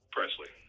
Presley